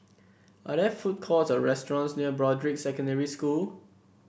are there food courts or restaurants near Broadrick Secondary School